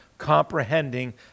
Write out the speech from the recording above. comprehending